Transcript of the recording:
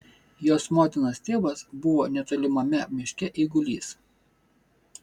jos motinos tėvas buvo netolimame miške eigulys